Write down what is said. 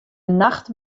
nacht